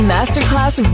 Masterclass